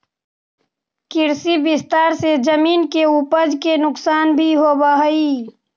कृषि विस्तार से जमीन के उपज के नुकसान भी होवऽ हई